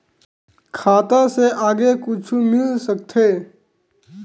खाता से आगे कुछु मिल सकथे?